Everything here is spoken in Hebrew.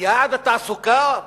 ביעד התעסוקה,